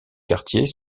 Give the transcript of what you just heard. quartier